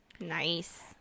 nice